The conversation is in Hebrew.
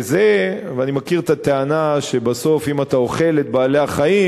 ואני מכיר את הטענה שבסוף אם אתה אוכל את בעלי-החיים,